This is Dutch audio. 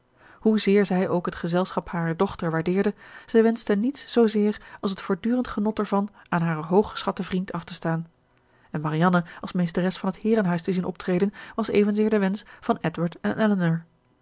hoezeer zij ook het gezelschap harer dochter waardeerde zij wenschte niets zoozeer als het voortdurend genot ervan aan haren hooggeschatten vriend af te staan en marianne als meesteres van het heerenhuis te zien optreden was evenzeer de wensch van edward en